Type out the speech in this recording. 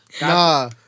Nah